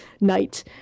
night